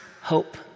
hope